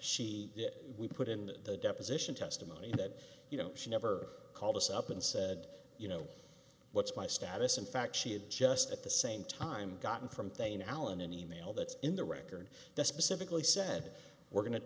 she we put in the deposition testimony that you know she never called us up and said you know what's my status in fact she had just at the same time gotten from thane allen an e mail that's in the record that specifically said we're go